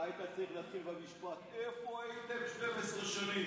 אתה היית צריך להתחיל במשפט: איפה הייתם 12 שנים?